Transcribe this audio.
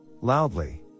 loudly